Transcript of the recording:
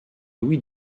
louis